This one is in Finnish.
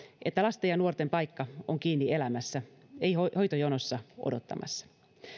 että lasten ja nuorten paikka on kiinni elämässä ei hoitojonossa odottamassa